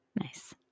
Nice